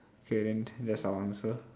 okay then that's our answer